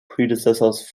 predecessors